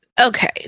okay